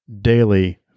daily